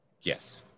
Yes